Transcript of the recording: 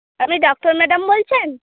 আপনি doctor madam বলছেন